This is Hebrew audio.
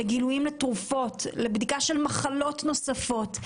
לגילוי תרופות, לבדיקת מחלות נוספות.